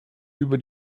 über